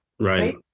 Right